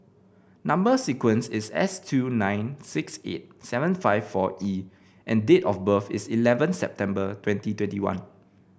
number sequence is S two nine six eight seven five four E and date of birth is eleven September twenty twenty one